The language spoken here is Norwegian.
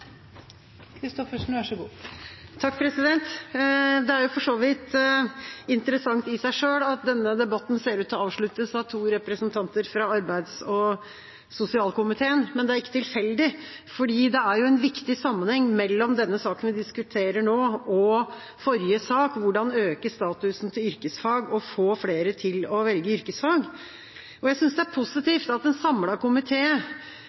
Det er for så vidt interessant i seg selv at denne debatten ser ut til å avsluttes av to representanter fra arbeids- og sosialkomiteen. Men det er ikke tilfeldig, for det er en viktig sammenheng mellom denne saken vi diskuterer nå, og forrige sak: Hvordan øke statusen til yrkesfag og få flere til å velge yrkesfag? Jeg synes det er positivt at en samlet komité er positiv til arbeidslivsfag som valgfag på ungdomsskolen. Men jeg synes ikke det er